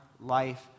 life